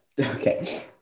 Okay